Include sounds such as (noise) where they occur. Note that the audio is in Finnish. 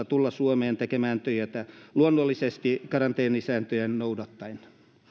(unintelligible) tulla suomeen tekemään työtä luonnollisesti karanteenisääntöjä noudattaen tämä